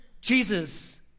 Jesus